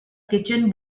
kitchen